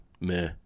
meh